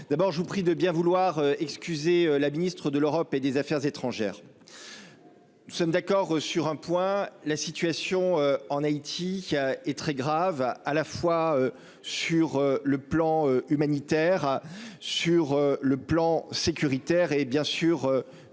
D'abord je vous prie de bien vouloir excuser la Ministre de l'Europe et des Affaires étrangères. Nous sommes d'accord sur un point, la situation en Haïti qui est très grave à la fois sur le plan humanitaire. Sur le plan sécuritaire et bien sûr